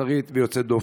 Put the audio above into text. מוסרית ויוצאת דופן.